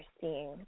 seeing